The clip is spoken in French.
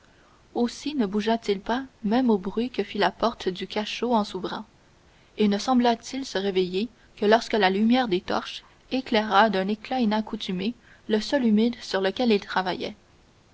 aussi ne bougea t il pas même au bruit que fit la porte du cachot en s'ouvrant et ne sembla-t-il se réveiller que lorsque la lumière des torches éclaira d'un éclat inaccoutumé le sol humide sur lequel il travaillait